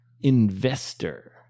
investor